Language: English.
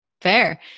Fair